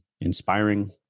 inspiring